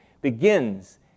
begins